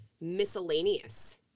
miscellaneous